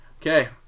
Okay